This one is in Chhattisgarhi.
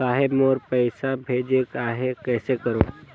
साहेब मोर पइसा भेजेक आहे, कइसे करो?